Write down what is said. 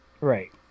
Right